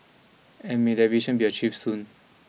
and may that vision be achieved soon